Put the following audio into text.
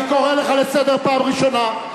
אני קורא לך לסדר פעם ראשונה.